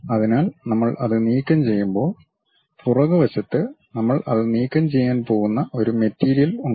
അതിനാൽ നമ്മൾ അത് നീക്കംചെയ്യുമ്പോൾ പുറകുവശത്ത് നമ്മൾ അത് നീക്കംചെയ്യാൻ പോകുന്ന ഒരു മെറ്റീരിയൽ ഉണ്ട്